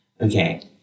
Okay